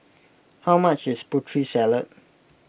how much is Putri Salad